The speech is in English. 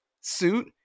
suit